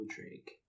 Drake